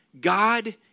God